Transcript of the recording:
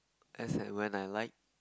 as and when I like